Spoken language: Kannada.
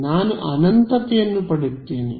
ನಾನು ಅನಂತತೆಯನ್ನು ಪಡೆಯುತ್ತೇನೆ